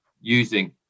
using